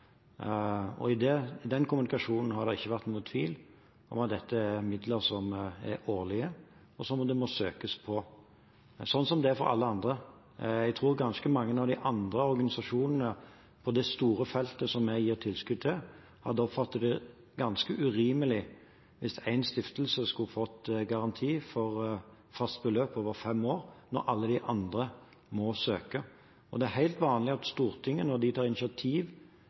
den kommunikasjonen har det ikke vært noen tvil om at dette er midler som er årlige, og som det må søkes om, slik det er for alle andre. Jeg tror ganske mange av de andre organisasjonene på det store feltet vi gir tilskudd til, hadde oppfattet det ganske urimelig hvis én stiftelse skulle fått garanti for et fast beløp over fem år, mens alle de andre måtte søke. Det er helt vanlig når Stortinget tar initiativ til nye bevilgninger til enkeltstiftelser, at de